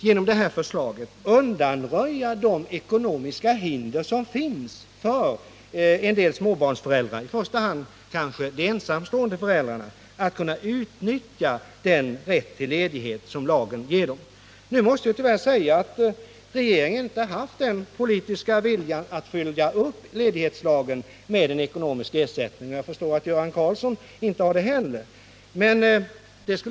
Genom det här förslaget vill vi undanröja de ekonomiska hinder som finns för en del småbarnsföräldrar, kanske i första hand de ensamstående föräldrarna, att kunna utnyttja den rätt till ledighet som lagen ger dem. Jag måste i det sammanhanget tyvärr konstatera att regeringen inte har haft den politiska viljan att följa upp ledighetslagen med en ekonomisk ersättning, och vad jag förstår har inte heller Göran Karlsson den viljan.